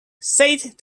said